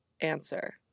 answer